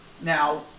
Now